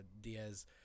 Diaz